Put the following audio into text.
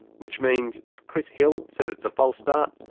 which means if chris hill says it's a false start,